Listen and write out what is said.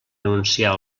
anunciar